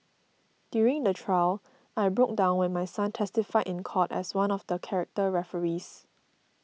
during the trial I broke down when my son testified in court as one of the character referees